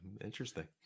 Interesting